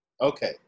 Okay